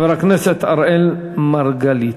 חבר הכנסת אראל מרגלית.